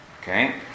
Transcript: Okay